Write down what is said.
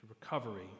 recovery